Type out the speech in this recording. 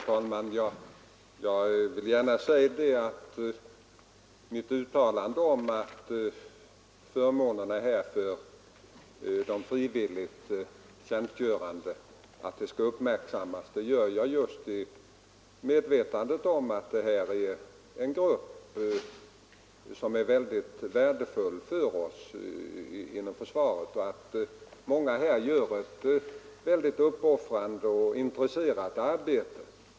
Herr talman! Jag vill gärna påpeka att jag gör mitt uttalande om att förmånerna för de frivilligt tjänstgörande skall uppmärksammas just i medvetande om att detta är en grupp som är värdefull för oss inom försvaret. Många gör ett uppoffrande och intresserat arbete.